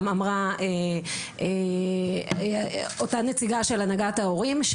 גם אמרה אותה נציגה של הנהגת ההורים,